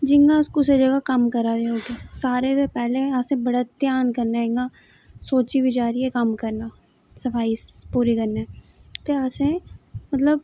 जियां अस कुसै जगह कम्म करै दे आं सारें गै पैह्लें गै असें बड़े ध्यान कन्नै इयां सोची बचारियै कम्म करना सफाई पूरी कन्नै क्या असें मतलब